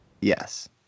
Yes